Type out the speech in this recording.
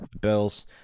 Bills